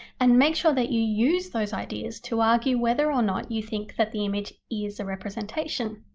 and make sure that you use those ideas to argue whether or not you think that the image is a representation.